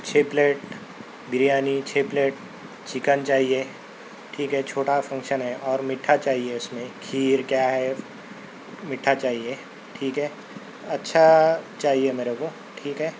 چھ پلیٹ بریانی چھ plate chicken چاہیے ٹھیک ہے چھوٹا فنکشن ہے اور میٹھا چاہیے اِس میں کھیر کیا ہے میٹھا چاہیے ٹھیک ہے اچھا چاہیے میرے کو ٹھیک ہے